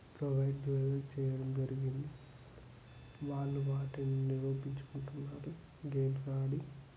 provide చేయ చేయడం జరిగింది వాళ్ళు వాటిని వినియోగించుకుంటున్నారు గేమ్స్ ఆడి